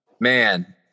Man